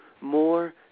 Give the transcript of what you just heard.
more